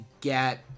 get